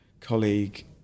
colleague